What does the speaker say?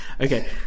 Okay